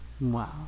wow